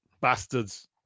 bastards